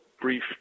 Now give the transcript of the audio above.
brief